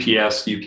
UPS